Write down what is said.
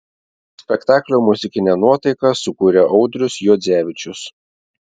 spektaklio muzikinę nuotaiką sukūrė audrius juodzevičius